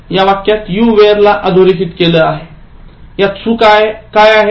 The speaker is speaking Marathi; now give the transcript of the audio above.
या वाक्यात You were ला अधोरेखित केले आहे यात चूक काय आहे